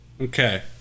Okay